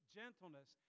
gentleness